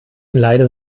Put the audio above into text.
leider